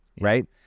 right